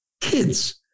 Kids